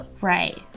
Right